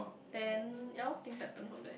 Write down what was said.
then ya lor things happen from there